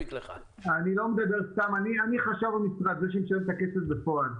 אני חשב המשרד, זה שמשלם את הכסף בפועל.